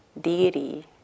deity